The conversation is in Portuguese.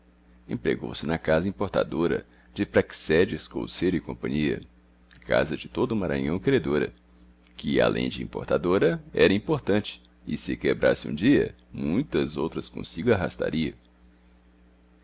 havia empregou se na casa importadora de praxedes couceiro companhia casa de todo maranhão credora que além de importadora era importante e se quebrasse um dia muitas outras consigo arrastaria